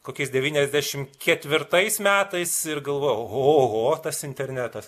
kokiais devyniasdešimt ketvirtais metais ir galvojau oho tas internetas